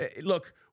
look